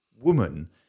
woman